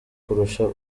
kurusha